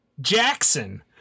Jackson